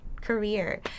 career